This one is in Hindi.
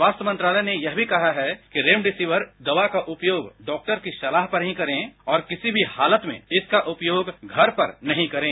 स्वास्थ्य मंत्रालय ने यह भी कहा है कि रेमेडेसिविर दवा का उपयोगडॉक्टर की सलाह पर हीं करें और किसी भी हालत में इसका उपयोग घर पर नहींकरें